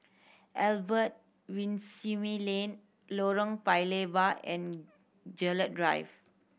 Albert Winsemius Lane Lorong Paya Lebar and Gerald Drive